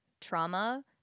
trauma